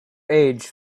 age